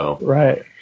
Right